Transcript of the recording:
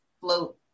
float